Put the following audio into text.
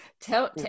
tell